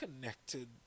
connected